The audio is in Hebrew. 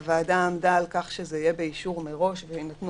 הוועדה עמדה על כך שזה יהיה באישור מראש ויינתנו